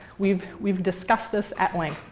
we've we've discussed this at length.